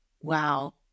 Wow